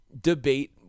debate